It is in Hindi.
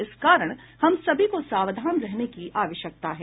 इस कारण हम सभी को सावधान रहने की आवश्यकता है